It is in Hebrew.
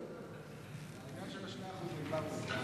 העניין של ה-2% נגמר מזמן,